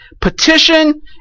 Petition